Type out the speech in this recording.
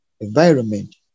environment